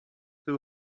who